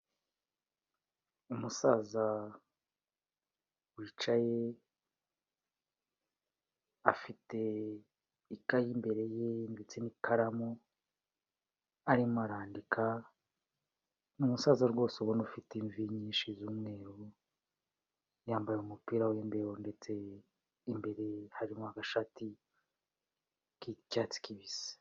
Umusaza wicaye, afite ikaye imbere ye ndetse n'ikaramu arimo arandika, ni umusaza rwose ubona ufite imvi nyinshi z'umweru, yambaye umupira w'imbeho ndetse imbere harimo agashati k'icyatsi kibisi.